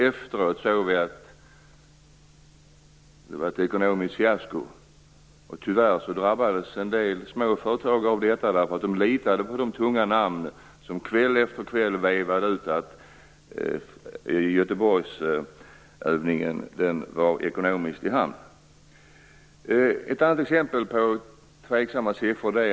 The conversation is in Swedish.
Efteråt såg vi att det var ett ekonomiskt fiasko. Tyvärr drabbades en del småföretag av detta. De litade på de tunga namnen som kväll efter kväll sade att Göteborgsövningen ekonomiskt var i hamn. Jag har ett annat exempel på tvivelaktiga siffror.